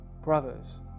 brothers